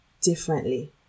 differently